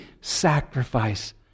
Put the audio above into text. sacrifice